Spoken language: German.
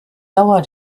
dauer